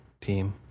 team